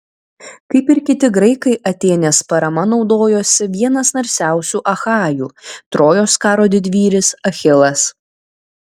kaip ir kiti graikai atėnės parama naudojosi vienas narsiausių achajų trojos karo didvyris achilas